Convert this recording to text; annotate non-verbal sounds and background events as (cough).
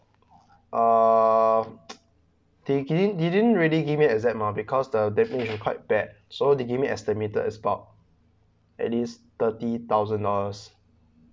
uh (noise) they didn't they didn't really give me exact amount because the definition quite bad so they give me an estimate is about at least thirty thousand dollars